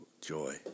joy